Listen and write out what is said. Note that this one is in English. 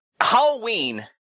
Halloween